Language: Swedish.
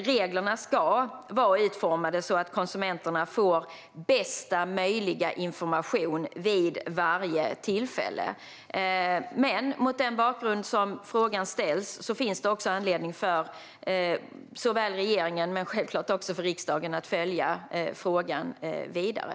Reglerna ska vara utformade så att konsumenterna får bästa möjliga information vid varje tillfälle. Men mot den bakgrund som frågan ställs finns det anledning för såväl regeringen som riksdagen att följa frågan vidare.